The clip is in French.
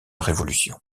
révolution